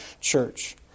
church